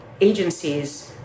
agencies